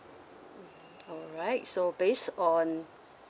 mm alright so based on